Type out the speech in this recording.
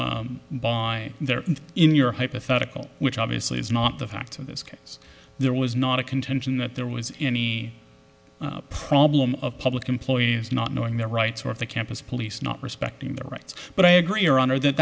by there in your hypothetical which obviously is not the facts of this case there was not a contention that there was any problem of public employees not knowing their rights or the campus police not respecting their rights but i agree your honor that